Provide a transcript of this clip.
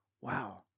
Wow